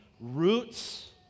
roots